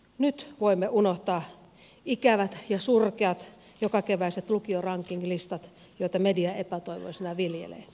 nyt voimme unohtaa ikävät ja surkeat jokakeväiset lukiorankinglistat joita media epätoivoisena viljelee